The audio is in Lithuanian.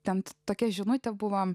ten tokia žinutė buvo